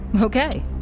Okay